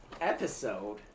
episode